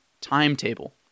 timetable